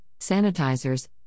sanitizers